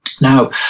Now